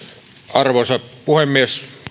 arvoisa puhemies